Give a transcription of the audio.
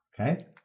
okay